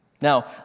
Now